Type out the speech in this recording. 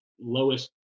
lowest